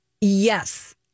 Yes